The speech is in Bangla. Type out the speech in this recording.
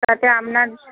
তাতে আপনার